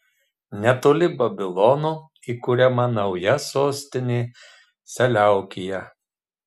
netoli babilono įkuriama nauja sostinė seleukija